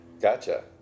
Gotcha